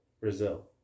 Brazil